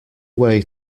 way